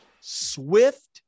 Swift